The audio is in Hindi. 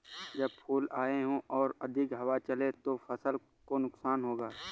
जब फूल आए हों और अधिक हवा चले तो फसल को नुकसान होगा?